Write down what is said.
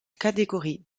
catégorie